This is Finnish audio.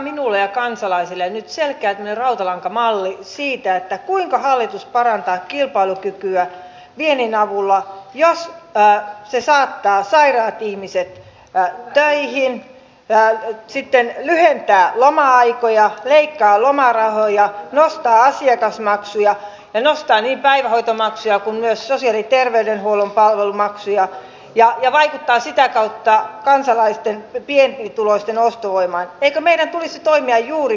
me olemme nähneet nyt syksyn aikana kun budjettikäsittelyjä on käyty eri kunnissa että muun muassa subjektiivisen päivähoito oikeuden rajaaminen ja toisaalta sitten yli ja loma aikoja leikkaa lomarahoja nostaa asiakasmaksuja enosta niin päivähoitomaksuja on myös nämä sosiaali ja terveydenhuollon palvelumaksukorotukset eivät tule voimaan kaikissa kunnissa